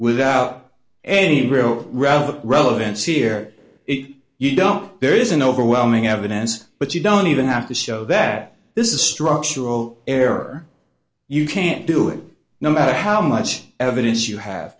without any real realm of relevance here if you don't there isn't overwhelming evidence but you don't even have to show that this is a structural error you can't do it no matter how much evidence you have